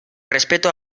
respeto